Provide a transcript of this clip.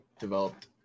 developed